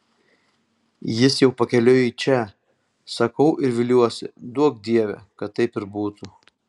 jis jau pakeliui į čia sakau ir viliuosi duok dieve kad taip ir būtų